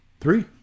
Three